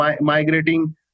migrating